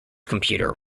computer